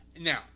Now